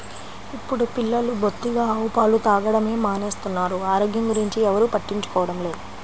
ఇప్పుడు పిల్లలు బొత్తిగా ఆవు పాలు తాగడమే మానేస్తున్నారు, ఆరోగ్యం గురించి ఎవ్వరు పట్టించుకోవడమే లేదు